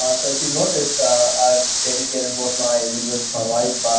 ah so if you've noticed, i've dedicated both my videos to my wife.